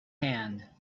hand